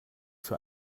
für